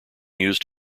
used